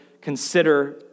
consider